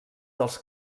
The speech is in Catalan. dels